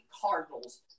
Cardinals